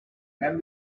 and